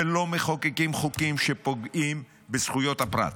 ולא מחוקקים חוקים שפוגעים בזכויות הפרט,